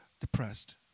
depressed